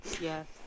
Yes